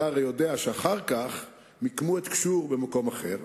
אתה הרי יודע, אחר כך מיקמו את גשור במקום אחר.